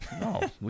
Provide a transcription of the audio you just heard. No